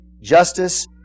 justice